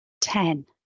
ten